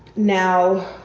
now,